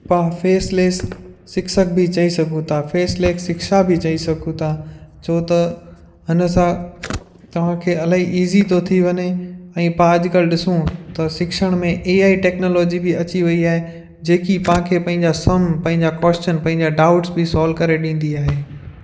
पाणि faceless शिक्षक बि चई सघूं था फेस लेक शिक्षा बि चई सघूं था छो त हुन सां तव्हांखे इलाही इज़ी थो थी वञे ऐं पाणि अॼुकल्ह ॾिसूं त शिक्षण में ए आई टेक्नोलॉजी बि अची वेई आहे जेकी पाण खे पंहिंजा सम पंहिंजा कौश्चन पंहिंजा डाउट्स बि सॉलव करे ॾींदी आहे